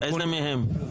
איזה מהם?